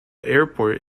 airport